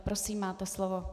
Prosím, máte slovo.